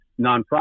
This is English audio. nonprofit